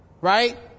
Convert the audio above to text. Right